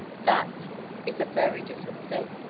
that is a very different thing!